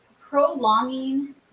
prolonging